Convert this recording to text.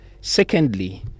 Secondly